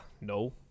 no